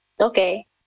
Okay